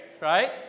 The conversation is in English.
right